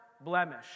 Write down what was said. blemish